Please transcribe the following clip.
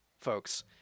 folks